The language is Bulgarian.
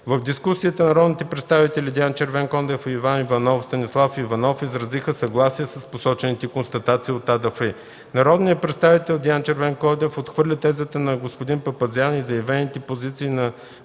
В дискусията народните представители Диан Червенкондев, Иван Иванов, Станислав Иванов изразиха съгласие с посочените констатации от АДФИ. Народният представител Диан Червенкондев отхвърли тезата на господин Папазян и заявените позиции на